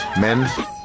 Men